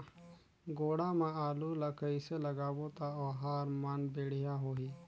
गोडा मा आलू ला कइसे लगाबो ता ओहार मान बेडिया होही?